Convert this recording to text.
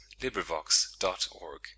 Librivox.org